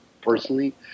personally